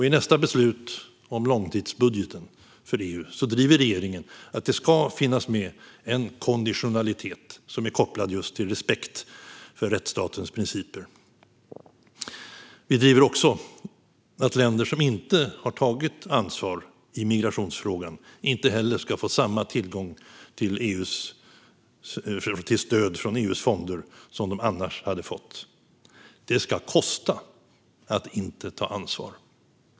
I nästa beslut om långtidsbudgeten för EU driver regeringen att det ska finnas med en konditionalitet som är kopplad just till respekt för rättsstatens principer. Vi driver också att länder som inte har tagit ansvar i migrationsfrågan inte heller ska få samma tillgång till stöd från EU:s fonder som de annars hade fått. Det ska kosta att inte ta ansvar.